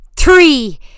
three